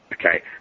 Okay